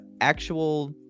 actual